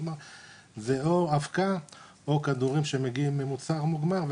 מה שרשום זה או אבקה או כדורים שמגיעים ממוצר מוגמר.